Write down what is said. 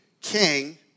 king